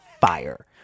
fire